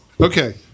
Okay